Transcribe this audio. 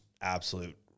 absolute